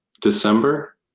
December